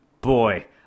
Boy